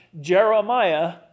Jeremiah